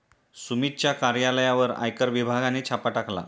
सुमितच्या कार्यालयावर आयकर विभागाने छापा टाकला